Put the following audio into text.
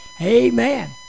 Amen